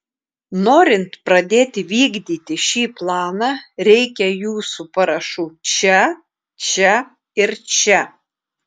norint pradėti vykdyti šį planą reikia jūsų parašų čia čia ir čia